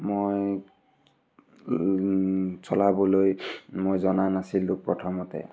মই চলাবলৈ মই জনা নাছিলোঁ প্ৰথমতে